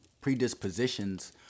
predispositions